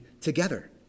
together